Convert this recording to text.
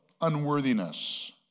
unworthiness